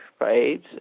right